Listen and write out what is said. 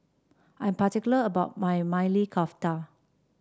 I am particular about my Maili Kofta